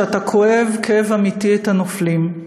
שאתה כואב כאב אמיתי את הנופלים.